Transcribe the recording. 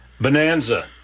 Bonanza